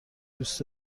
دوست